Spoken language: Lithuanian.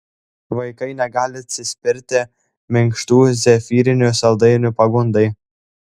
vaikai negali atsispirti minkštų zefyrinių saldainių pagundai